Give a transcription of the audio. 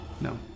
No